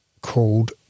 called